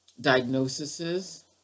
diagnoses